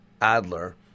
Adler